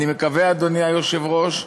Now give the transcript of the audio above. אני מקווה, אדוני היושב-ראש,